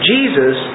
Jesus